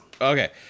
Okay